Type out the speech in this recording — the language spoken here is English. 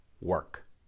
work